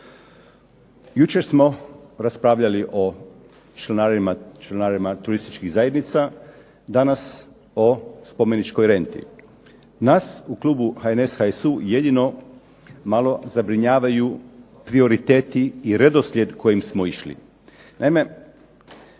Jučer smo raspravljali članarinama turističkim zajednicama, danas o spomeničkoj renti. Nas u klubu HNS, HSU jedinu malo zabrinjavaju prioriteti i redoslijed kojim smo išli.